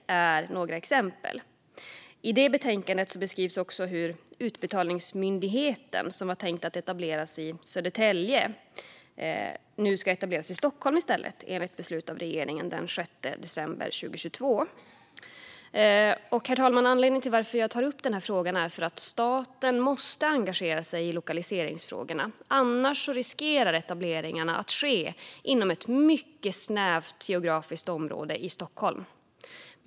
I det betänkandet beskrivs också hur Utbetalningsmyndigheten, som var tänkt att etableras i Södertälje, nu ska etableras i Stockholm i stället, enligt beslut av regeringen den 6 december 2022. Herr talman! Anledningen till att jag tar upp den här frågan är att staten måste engagera sig i lokaliseringsfrågorna, annars riskerar etableringarna att ske inom ett mycket snävt geografiskt område i Stockholm.